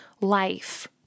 life